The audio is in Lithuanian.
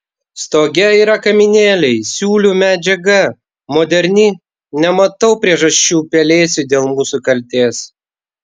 stoge yra kaminėliai siūlių medžiaga moderni nematau priežasčių pelėsiui dėl mūsų kaltės